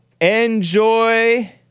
enjoy